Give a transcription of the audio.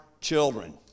children